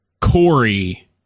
Corey